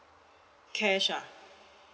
cash ah